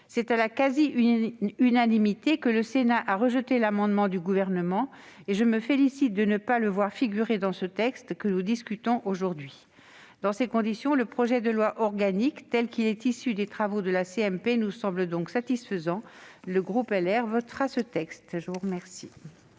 C'est à la quasi-unanimité que le Sénat a rejeté l'amendement du Gouvernement, et je me félicite de ne pas le voir figurer dans le texte dont nous discutons aujourd'hui. Dans ces conditions, le projet de loi organique, tel qu'il est issu des travaux de la CMP, nous semble satisfaisant. Le groupe Les Républicains le votera.